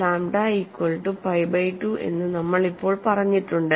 lambda equal to pi by 2 എന്ന് നമ്മൾ ഇപ്പോൾ പറഞ്ഞിട്ടുണ്ട്